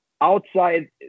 outside